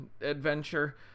adventure